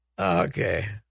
Okay